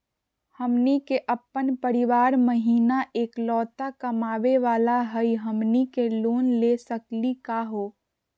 हमनी के अपन परीवार महिना एकलौता कमावे वाला हई, हमनी के लोन ले सकली का हो?